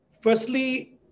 firstly